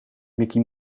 mickey